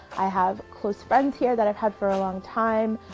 i have close friends here that i've had for a long time.